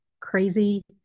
crazy